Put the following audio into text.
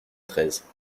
treize